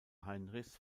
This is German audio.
heinrichs